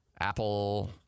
Apple